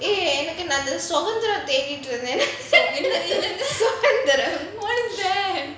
எனக்கு அந்த அதைத்தான் தேடிட்டுருந்தேன்:enakku antha athathaan theditrunthaen how is dare